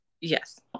Yes